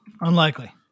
Unlikely